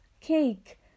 cake